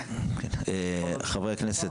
חברי הכנסת,